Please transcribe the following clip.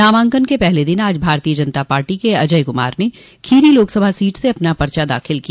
नामांकन के पहले दिन आज भारतीय जनता पार्टी के अजय कुमार ने खीरी लोकसभा सीट से अपना पर्चा दाखिल किया